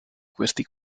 questi